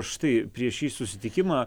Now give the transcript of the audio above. štai prieš šį susitikimą